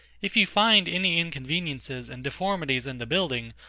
if you find any inconveniences and deformities in the building,